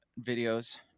videos